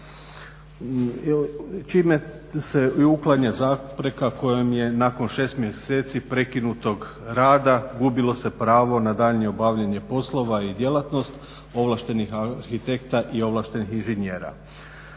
čime se uklanja zapreka kojom je nakon 6 mjeseci prekinutog rada gubilo se pravo na daljnje obavljanje poslova i djelatnost ovlaštenih arhitekta i ovlaštenih inženjera.